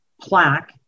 plaque